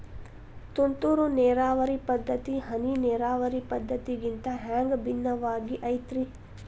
ತುಂತುರು ನೇರಾವರಿ ಪದ್ಧತಿ, ಹನಿ ನೇರಾವರಿ ಪದ್ಧತಿಗಿಂತ ಹ್ಯಾಂಗ ಭಿನ್ನವಾಗಿ ಐತ್ರಿ?